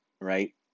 right